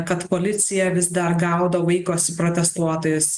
kad policija vis dar gaudo vaikosi protestuotojus